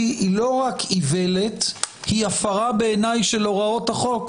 היא לא רק איוולת היא הפרה בעיניי של הוראות החוק,